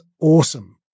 awesome